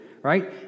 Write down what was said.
right